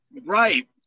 Right